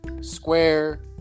Square